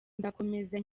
nzakomeza